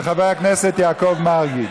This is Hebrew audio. של חבר הכנסת יעקב מרגי.